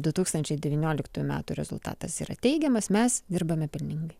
du tūkstančiai devynioliktųjų metų rezultatas yra teigiamas mes dirbame pelningai